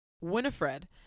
Winifred